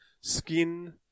skin